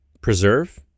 preserve